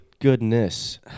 Goodness